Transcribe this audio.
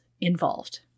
involved